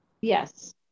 Yes